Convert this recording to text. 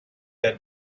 their